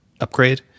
upgrade